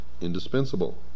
indispensable